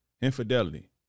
Infidelity